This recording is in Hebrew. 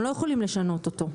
הם לא יכולים לשנות אותו.